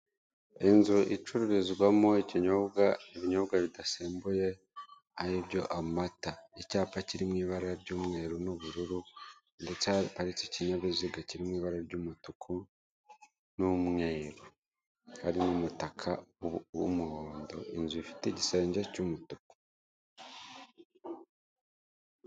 Inzu icururizwamo ikinyobwa, ibinyobwa bidasembuye ari byo amata, icyapa kiri mu ibara ry'umweru n'ubururu ndetse haparitse ikinyabiziga kiri mu ibara ry'umutuku n'umweru, hari n'umutaka w'umuhondo, inzu ifite igisenge cy'umutuku.